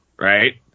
right